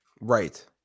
Right